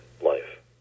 life